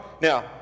Now